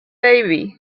baby